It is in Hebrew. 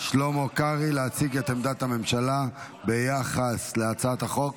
שלמה קרעי להציג את עמדת הממשלה ביחס להצעת החוק.